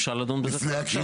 אפשר לדון בזה עכשיו.